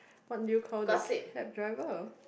what do you call the cab driver